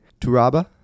Turaba